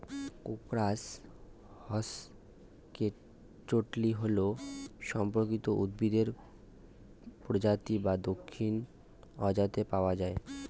crocus হসকনেইচটি হল সপুষ্পক উদ্ভিদের প্রজাতি যা দক্ষিণ জর্ডানে পাওয়া য়ায়